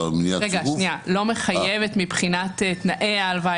היא לא מחייבת מבחינת תנאי ההלוואה,